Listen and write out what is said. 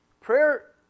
Prayer